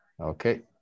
Okay